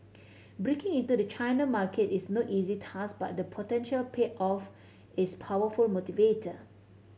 breaking into the China market is no easy task but the potential payoff is powerful motivator